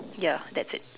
ya that's it